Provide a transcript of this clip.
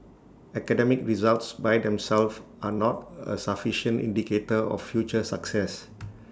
academic results by themselves are not A sufficient indicator of future success